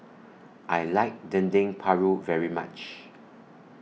I like Dendeng Paru very much